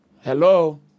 Hello